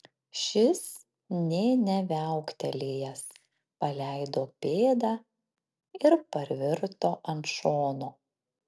šis nė neviauktelėjęs paleido pėdą ir parvirto ant šono